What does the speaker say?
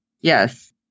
Yes